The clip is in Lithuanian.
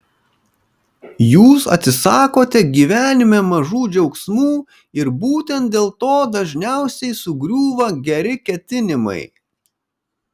jūs atsisakote gyvenime mažų džiaugsmų ir būtent dėl to dažniausiai sugriūva geri ketinimai